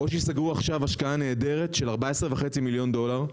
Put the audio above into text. Oshi סגרו עכשיו השקעה נהדרת של 14.5 מיליון דולר.